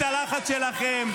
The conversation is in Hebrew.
הלחץ שלכם ברור.